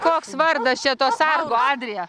koks vardas čia to sargo adrija